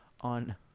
on